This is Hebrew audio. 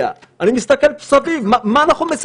אני חושב שכדאי שנהיה אמיתיים עם עצמנו